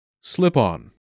slip-on